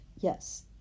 yes